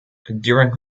during